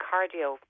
Cardio